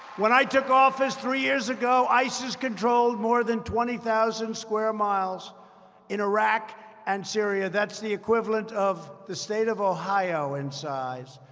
when i took office three years ago, isis controlled more than twenty thousand square miles in iraq and syria. that's the equivalent of the state of ohio, in size.